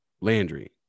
Landry